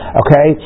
okay